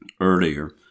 earlier